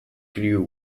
crew